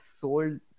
sold